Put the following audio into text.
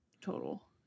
total